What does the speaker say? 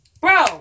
Bro